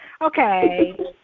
okay